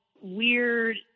weird